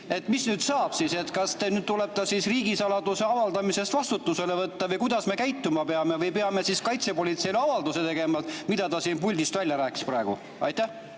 Mis nüüd saab siis? Kas teid tuleb riigisaladuse avaldamise eest vastutusele võtta või kuidas me käituma peame? Või peame me kaitsepolitseile avalduse tegema selle kohta, mida ta siin puldis välja rääkis praegu? Aitäh,